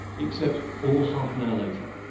except all half an hour later?